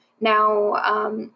now